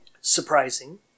surprising